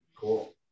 Cool